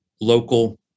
local